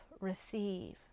receive